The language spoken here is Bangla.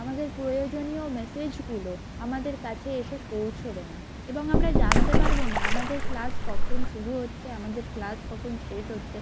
আমাদের প্রয়োজনীয় ম্যাসেজগুলো আমাদের কাছে এসে পৌঁছবে না এবং আমরা জানতে পারবো না আমাদের ক্লাস কখন শুরু হচ্ছে আমাদের ক্লাস কখন শেষ হচ্ছে